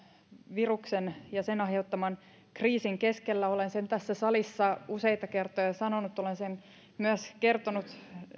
viruksen ja sen aiheuttaman kriisin keskellä olen sen tässä salissa useita kertoja sanonut olen sen myös kertonut